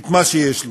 את מה שיש לו.